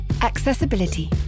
Accessibility